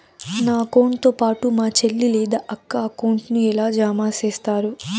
నా అకౌంట్ తో పాటు మా చెల్లి లేదా అక్క అకౌంట్ ను ఎలా జామ సేస్తారు?